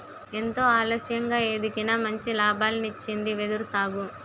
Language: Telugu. ఎంతో ఆలస్యంగా ఎదిగినా మంచి లాభాల్నిచ్చింది వెదురు సాగు